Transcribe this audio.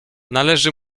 należy